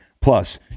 Plus